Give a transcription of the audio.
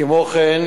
כמו כן,